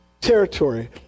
territory